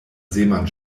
seemann